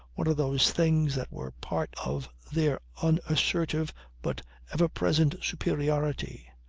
one of those things that were part of their unassertive but ever present superiority,